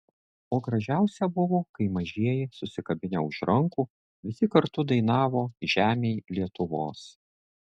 o gražiausia buvo kai mažieji susikabinę už rankų visi kartu dainavo žemėj lietuvos